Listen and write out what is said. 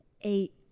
eight